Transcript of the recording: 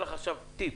קחי טיפ,